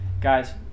guys